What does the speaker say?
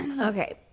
Okay